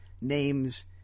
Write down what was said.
names